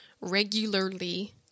Regularly